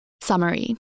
Summary